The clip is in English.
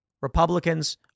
Republicans